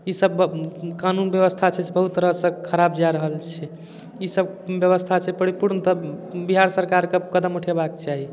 ई सब कानून व्यवस्था छै से बहुत तरहसँ खराब जा रहल छै ई सब व्यवस्था छै परिपूर्णतः बिहार सरकारके कदम उठेबाक चाही